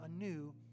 anew